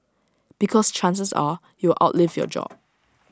because chances are you will outlive your job